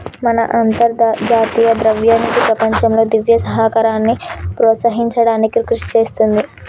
మన అంతర్జాతీయ ద్రవ్యనిధి ప్రపంచంలో దివ్య సహకారాన్ని ప్రోత్సహించడానికి కృషి చేస్తుంది